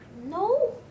No